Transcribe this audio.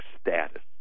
status